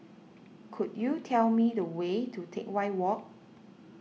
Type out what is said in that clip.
could you tell me the way to Teck Whye Walk